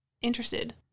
interested